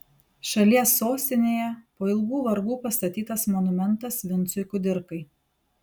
šalies sostinėje po ilgų vargų pastatytas monumentas vincui kudirkai